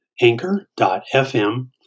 anchor.fm